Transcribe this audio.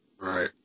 Right